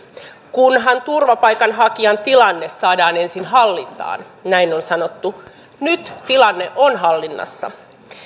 kunhan turvapaikanhakijan tilanne saadaan ensin hallintaan näin on sanottu nyt tilanne on hallinnassa